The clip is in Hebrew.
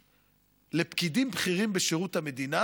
קדנציות לפקידים בכירים בשירות המדינה,